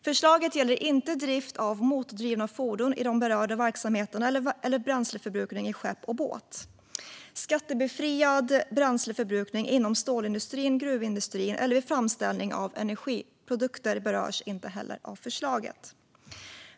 Förslaget gäller inte drift av motordrivna fordon i de berörda verksamheterna eller bränsleförbrukning i skepp och båt. Skattebefriad bränsleförbrukning inom stålindustrin och gruvindustrin eller vid framställning av energiprodukter berörs inte heller av förslaget.